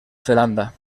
zelanda